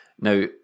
Now